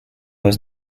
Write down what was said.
was